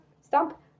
stop